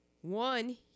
one